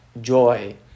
joy